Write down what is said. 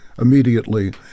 immediately